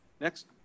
Next